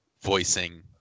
voicing